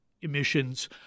emissions